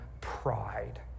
pride